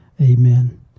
Amen